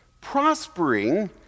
prospering